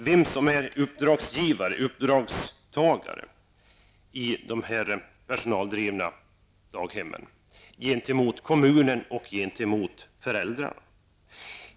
Vem är uppdragsgivare resp. uppdragstagare i de personaldrivna daghemmen? Är det kommunen eller föräldrarna?